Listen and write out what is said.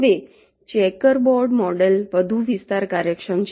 હવે checker board model વધુ વિસ્તાર કાર્યક્ષમ છે